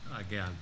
again